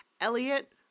elliot